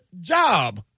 job